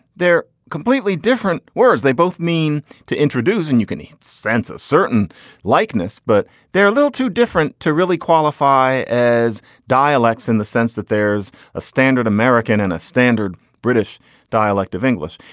they're completely different words. they both mean to introduce and you can sense a certain likeness, but they're a little too different to really qualify as dialects in the sense that there's a standard american and a standard british dialect of english.